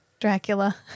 Dracula